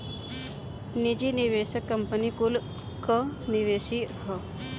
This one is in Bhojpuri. निजी निवेशक कंपनी कुल कअ निवेश हअ